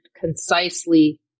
concisely